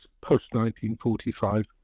post-1945